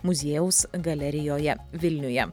muziejaus galerijoje vilniuje